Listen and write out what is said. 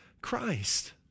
Christ